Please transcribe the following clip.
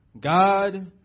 God